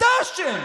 אתה אשם.